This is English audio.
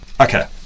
Okay